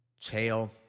Chael